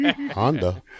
Honda